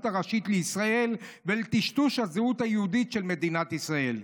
הראשית לישראל ולטשטוש הזהות היהודית של מדינת ישראל.